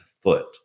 foot